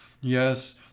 yes